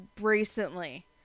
recently